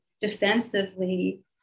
defensively